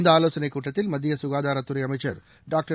இந்த ஆவோசனைக் கூட்டத்தில் மத்திய சுகாதாரத்துறை அமைச்சர் டாக்டர்